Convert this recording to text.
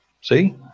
See